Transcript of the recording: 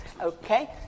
okay